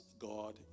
God